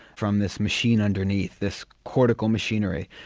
from this machine underneath, this cortical machinery.